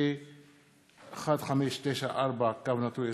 פ/1083/20, פ/1594/20,